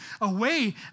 away